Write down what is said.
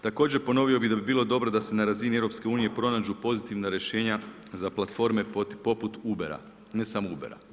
Također ponovio bih da bi bilo dobro da se na razini EU pronađu pozitivna rješenja za platforme poput Ubera, ne samo Ubera.